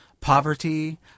POVERTY